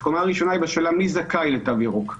הקומה הראשונה היא בשאלה מי זכאי לתו ירוק.